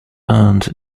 earned